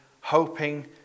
hoping